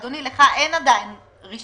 אדוני, לך ממילא אין עדיין רישיון.